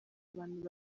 abantu